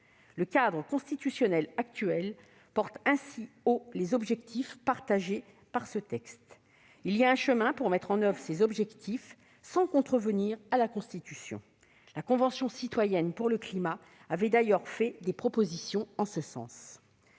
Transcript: Le cadre constitutionnel actuel porte ainsi haut les objectifs des auteurs de ce texte. Il existe un chemin pour mettre en oeuvre ces objectifs sans contrevenir à la Constitution. La Convention citoyenne pour le climat avait d'ailleurs fait des propositions en ce sens.